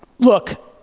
look.